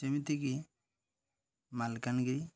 ଯେମିତିକି ମାଲକାନଗିରି